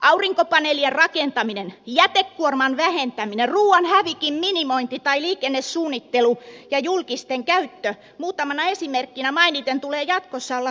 aurinkopaneelien rakentamisen jätekuorman vähentämisen ruuan hävikin minimoimisen tai liikennesuunnittelun ja julkisten käytön muutamana esimerkkinä mainiten tulee jatkossa olla kannustavaa